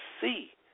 see